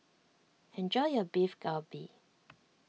enjoy your Beef Galbi